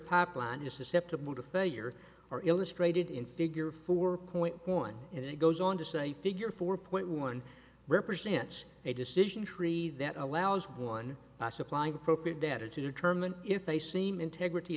pop line is susceptible to failure are illustrated in figure four point one and it goes on to say figure four point one represents a decision tree that allows one supplying appropriate data to determine if they seem integrity